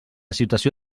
situació